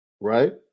right